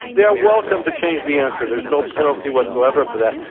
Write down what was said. they're welcome to change the answer, there's no penalty whatsoever for that.